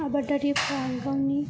आबादारिफ्रा गावनि